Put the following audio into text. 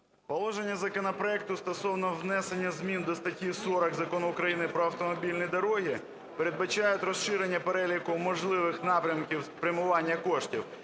Положення законопроекту стосовно внесення змін до статті 40 Закону України "Про автомобільні дороги" передбачає розширення переліку можливих напрямків спрямування коштів,